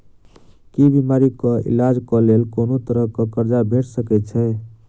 की बीमारी कऽ इलाज कऽ लेल कोनो तरह कऽ कर्जा भेट सकय छई?